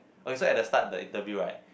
okay at the start the interview right